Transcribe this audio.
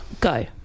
Go